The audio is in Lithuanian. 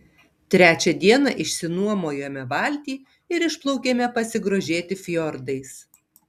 trečią dieną išsinuomojome valtį ir išplaukėme pasigrožėti fjordais